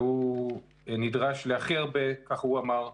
והוא נדרש להכי הרבה כך הוא אמר,